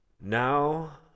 Now